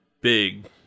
big